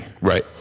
Right